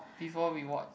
before we watch